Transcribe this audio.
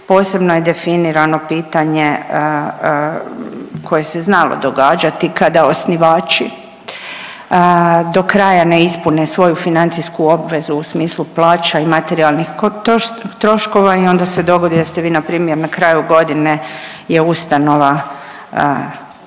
Posebno je definirano pitanje koje se znalo događati kada osnivači do kraja ne ispune svoju financijsku obvezu u smislu plaća i materijalnih troškova i onda se dogodi da ste vi, npr. na kraju godine je ustanova